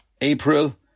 April